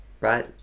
right